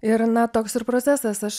ir na toks ir procesas aš